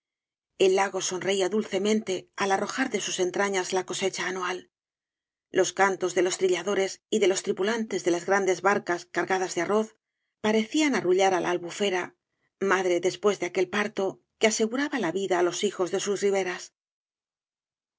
el lago sonreía dulcemente al arrojar de sus entrañas la cosecha anual los cantos de ios trilladores y de los tripulantes de las grandes barcas cargadas de arroz parecían arrullar á la albufara madre después de aquel parto que asegu raba la vida á los hijos de sus riberas